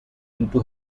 into